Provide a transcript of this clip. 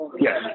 Yes